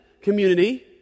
community